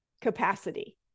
capacity